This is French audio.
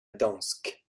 gdańsk